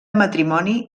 matrimoni